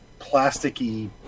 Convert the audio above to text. plasticky